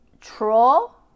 troll